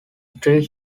three